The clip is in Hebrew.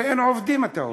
הרי אין עובדים, אתה אומר.